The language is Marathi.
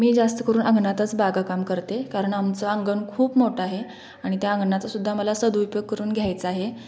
मी जास्त करून अंगणातच बागकाम करते कारण आमचं अंगण खूप मोठं आहे आणि त्या अंगणाचा सुद्धा आम्हाला सदुपयोग करून घ्यायचा आहे